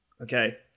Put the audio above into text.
Okay